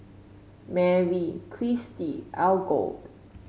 Merrie Cristy Algot